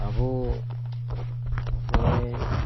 ᱟᱵᱚ ᱱᱚᱜᱼᱚᱭ